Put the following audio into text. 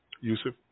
Yusuf